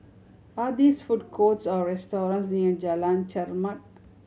are this food courts or restaurants near Jalan Chermat